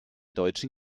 deutschen